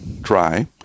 dry